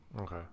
Okay